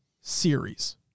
Series